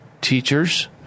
teachers